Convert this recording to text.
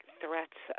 threats